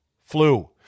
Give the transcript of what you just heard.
flu